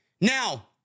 Now